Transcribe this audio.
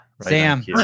Sam